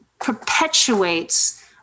perpetuates